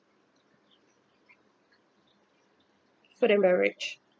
food and beverage